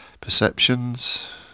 perceptions